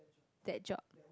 that job